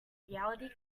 reality